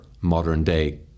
modern-day